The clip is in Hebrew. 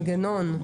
מנגנון.